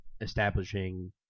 establishing